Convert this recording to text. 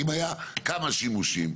היה כמה שימושים.